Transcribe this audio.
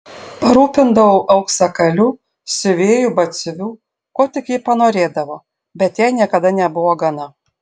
parūpindavau auksakalių siuvėjų batsiuvių ko tik ji panorėdavo bet jai niekada nebuvo gana